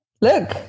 Look